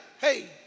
hey